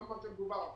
לא מה שמדובר עכשיו,